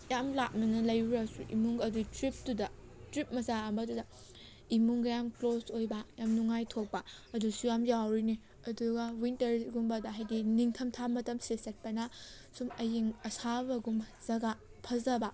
ꯌꯥꯝ ꯂꯥꯞꯅꯅ ꯂꯩꯔꯨꯔꯁꯨ ꯏꯃꯨꯡ ꯑꯗꯨ ꯇꯔꯤꯞꯇꯨꯗ ꯇꯔꯤꯞ ꯃꯆꯥ ꯑꯃꯗꯨꯗ ꯏꯃꯨꯡꯒ ꯌꯥꯝ ꯀꯂꯣꯁ ꯑꯣꯏꯕ ꯌꯥꯝ ꯅꯨꯡꯉꯥꯏꯊꯣꯛꯄ ꯑꯗꯨꯁꯨ ꯌꯥꯝ ꯌꯥꯎꯔꯤꯅꯤ ꯑꯗꯨꯒ ꯋꯤꯟꯇ꯭ꯔꯒꯨꯝꯕꯗ ꯍꯥꯏꯕꯗꯤ ꯅꯤꯡꯊꯝꯊꯥ ꯃꯇꯝꯁꯤꯗ ꯆꯠꯄꯅ ꯁꯨꯝ ꯑꯏꯪ ꯑꯁꯥꯕꯒꯨꯝꯕ ꯖꯒꯥ ꯐꯖꯕ